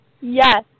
yes